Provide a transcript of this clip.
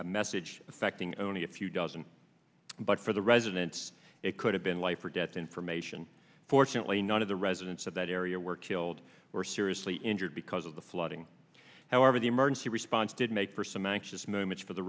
official message affecting only a few dozen but for the residents it could have been life or death information fortunately none of the residents of that area were killed or seriously injured because of the flooding however the emergency response did make for some anxious moments for the